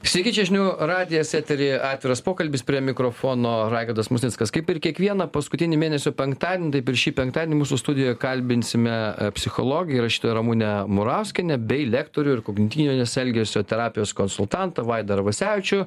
sveiki čia žinių radijas eteryje atviras pokalbis prie mikrofono raigardas musnickas kaip ir kiekvieną paskutinį mėnesio penktadienį taip ir šį penktadienį mūsų studijoje kalbinsime psichologę ir rašytoją ramunę murauskienę bei lektorių ir kognityvinės elgesio terapijos konsultantą vaidą arvasevičių